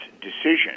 decision